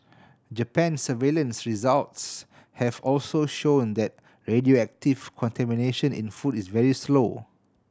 Japan's surveillance results have also shown that radioactive contamination in food is very low